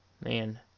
Man